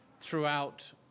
throughout